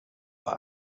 bei